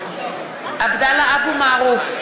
(קוראת בשמות חברי הכנסת) עבדאללה אבו מערוף,